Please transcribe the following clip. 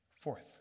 Fourth